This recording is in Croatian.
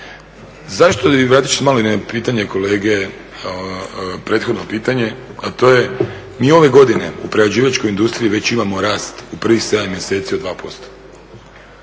itd. Vratit ću se malo i na pitanje kolege, prethodno pitanje, a to je mi ove godine u priređivačkoj industriji već imamo rast u prvih 7 mjeseci od 2%.